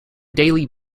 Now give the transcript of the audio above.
daily